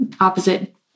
opposite